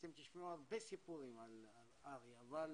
שאתם תשמעו הרבה סיפורים על ארי ועל